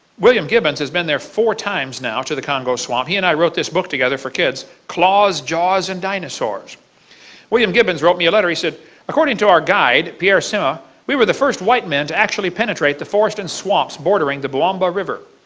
william gibbons has been there four times now to the congo swamp. he and i wrote this book together for kids, claws, jaws and dinosaurs william gibbons wrote me a letter, according to our guide, pierre sima. we were the first white men to actually penetrate the forest and swamps bordering the boumba river.